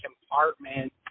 compartment